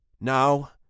Now